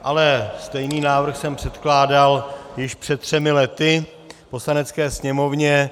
Ale stejný návrh jsem předkládal již před třemi lety Poslanecké sněmovně.